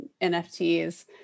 NFTs